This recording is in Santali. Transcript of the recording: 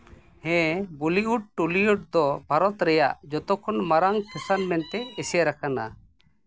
ᱦᱮᱸ ᱵᱚᱞᱤᱣᱩᱰ ᱴᱚᱞᱤᱣᱩᱰ ᱫᱚ ᱵᱷᱟᱨᱚᱛ ᱨᱮᱭᱟᱜ ᱡᱚᱛᱚ ᱠᱷᱚᱱ ᱢᱟᱨᱟᱝ ᱢᱮᱱᱛᱮ ᱮᱥᱮᱨ ᱟᱠᱟᱱᱟ